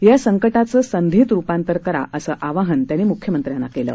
या संकटाचं संधीत रुपांतर करा असं आवाहन त्यांनी मुख्यमंत्र्यांना केलं